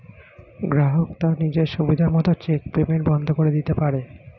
গ্রাহক তার নিজের সুবিধা মত চেক পেইমেন্ট বন্ধ করে দিতে পারে